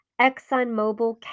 ExxonMobil